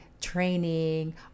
training